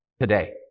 today